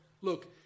look